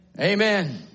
Amen